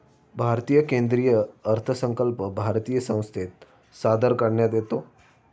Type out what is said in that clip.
भारतीय केंद्रीय अर्थसंकल्प भारतीय संसदेत सादर करण्यात येतो